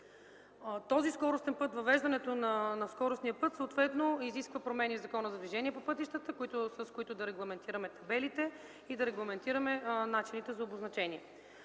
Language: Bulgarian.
придвижване. Въвеждането на скоростния път съответно изисква промени в Закона за движение по пътищата, с които да регламентираме табелите и начините за обозначение.